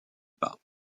pas